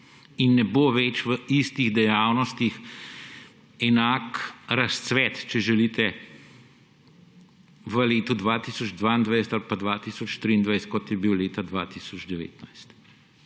in ne bo več v istih dejavnostih enak razcvet, če želite v letu 2022 ali pa 2023, kot je bil leta 2019.